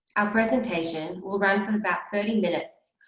presentation will run for about thirty minutes,